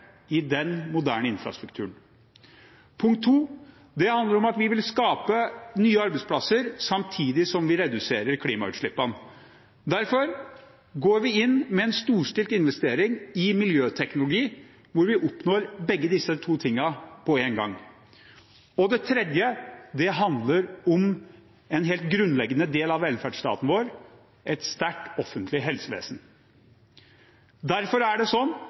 i den moderne infrastrukturen. Det handler om at vi vil skape nye arbeidsplasser, samtidig som vi reduserer klimagassutslippene. Derfor går vi inn med en storstilt investering i miljøteknologi, hvor vi oppnår begge disse to tingene på en gang. Det handler om en helt grunnleggende del av velferdsstaten vår: et sterkt offentlig helsevesen. Derfor er det sånn